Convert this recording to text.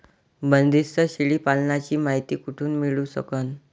बंदीस्त शेळी पालनाची मायती कुठून मिळू सकन?